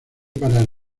parar